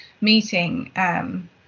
meeting